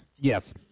Yes